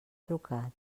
trucat